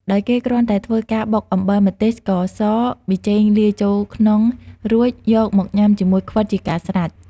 ដោយគេគ្រាន់តែធ្វើការបុកអំបិល ម្ទេស ស្ករស ប៊ីចេងលាយចូលក្នុង រួចយកមកញ៉ាំជាមួយខ្វិតជាការស្រេច។